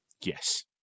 Yes